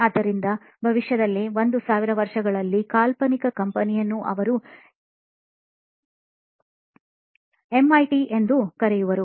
ಆದ್ದರಿಂದ ಭವಿಷ್ಯದಲ್ಲಿ 1000 ವರ್ಷಗಳಲ್ಲಿ ಕಾಲ್ಪನಿಕ ಕಂಪನಿಯನ್ನು ಅವರು ಎಂಐಟಿ ಎಂದು ಕರೆಯುವರು